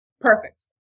Perfect